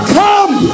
come